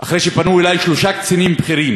אחרי שפנו אלי שלושה קצינים בכירים,